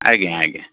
ଆଜ୍ଞା ଆଜ୍ଞା